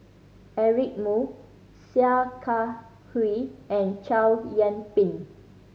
Eric Moo Sia Kah Hui and Chow Yian Ping